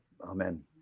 amen